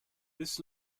this